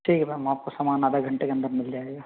ठीक है मैम आपको सामान आधे घण्टे के अंदर मिल जाएगा